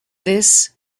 this